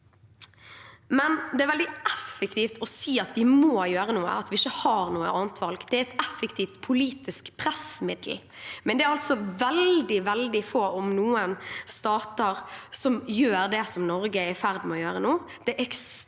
det er veldig effektivt å si at vi må gjøre noe, og at vi ikke har noe annet valg. Det er et effektivt politisk pressmiddel, men det er altså veldig, veldig få – om noen – stater som gjør det som Norge er i ferd med å gjøre nå.